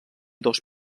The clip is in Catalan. dos